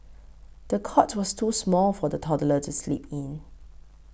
the cot was too small for the toddler to sleep in